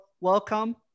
welcome